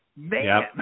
man